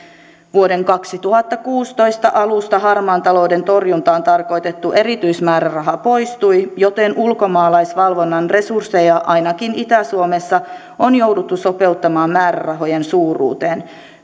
vuoden kaksituhattakuusitoista alusta harmaan talouden torjuntaan tarkoitettu erityismääräraha poistui joten ulkomaalaisvalvonnan resursseja ainakin itä suomessa on jouduttu sopeuttamaan määrärahojen suuruuteen